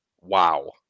wow